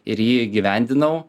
ir jį įgyvendinau